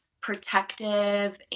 protective